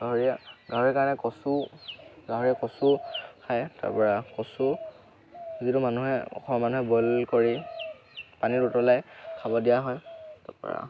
গাহৰিয়ে গাহৰি কাৰণে কচু গাহৰিয়ে কচু খায় তাৰপৰা কচু যিটো মানুহে মানুহে বইল কৰি পানী উতলাই খাব দিয়া হয় তাৰপৰা